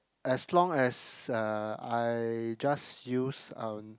as long as uh I just use um